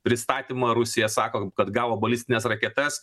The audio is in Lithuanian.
pristatymą rusija sako kad gavo balistines raketas